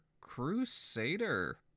Crusader